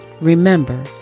Remember